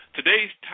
Today's